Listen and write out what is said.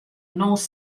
north